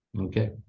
Okay